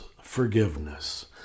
forgiveness